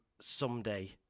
Someday